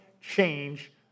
change